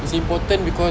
it's important because